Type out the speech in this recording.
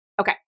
Okay